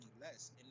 less